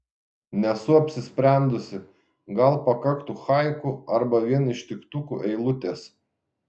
nesu apsisprendusi gal pakaktų haiku arba vien ištiktukų eilutės